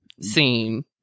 scene